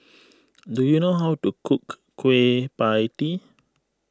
do you know how to cook Kueh Pie Tee